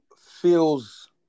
feels